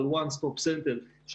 יש